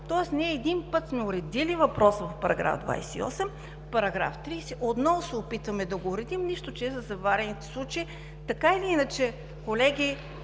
Тоест, ние един път сме уредили въпроса в § 28, в § 30 отново се опитваме да го уредим, нищо че е за заварените случаи. Така или иначе, колеги,